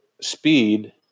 speed